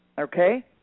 Okay